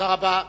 תודה רבה.